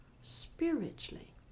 spiritually